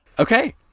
Okay